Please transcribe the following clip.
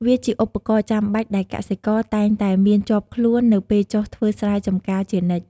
វាជាឧបករណ៍ចាំបាច់ដែលកសិករតែងតែមានជាប់ខ្លួននៅពេលចុះធ្វើស្រែចម្ការជានិច្ច។